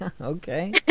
Okay